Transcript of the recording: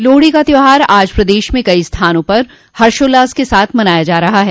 लोहड़ी का त्यौहार आज प्रदेश में कई स्थानों पर हर्षोल्लास के साथ मनाया जा रहा है